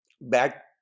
back